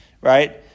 Right